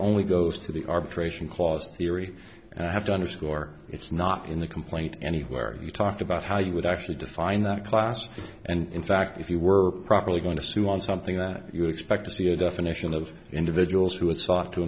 only goes to the arbitration clause theory and i have to underscore it's not in the complaint any where you talk about how you would actually define that class and in fact if you were properly going to sue on something that you would expect to see a definition of individuals who had sought to